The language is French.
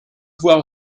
voir